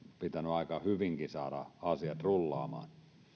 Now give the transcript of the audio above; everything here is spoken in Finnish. pitänyt aika hyvinkin saada asiat rullaamaan